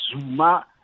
Zuma